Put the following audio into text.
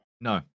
No